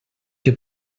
que